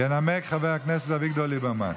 ינמק חבר הכנסת אביגדור ליברמן.